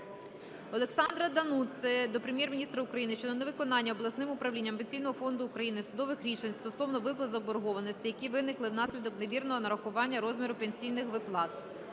Олександра Дануци до Прем'єр-міністра України щодо невиконання обласними управліннями Пенсійного фонду України судових рішень стосовно виплат заборгованостей, які виникли внаслідок невірного нарахування розміру пенсійних виплат.